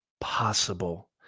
possible